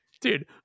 dude